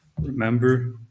Remember